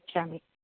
गच्छामि